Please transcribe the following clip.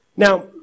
Now